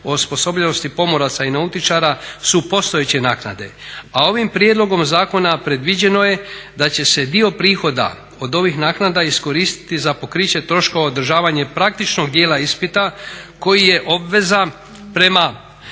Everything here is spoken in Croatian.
o osposobljenosti pomoraca i nautičara su postojeće naknade, a ovim prijedlogom zakona predviđeno je da će se dio prihoda od ovih naknada iskoristiti za pokriće troškova održavanja i praktičnog dijela ispita koji je obveza prema